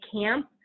camp